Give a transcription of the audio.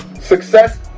success